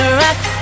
rock